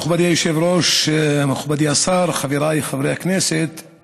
מכובדי היושב-ראש, מכובדי השר, חבריי חברי הכנסת,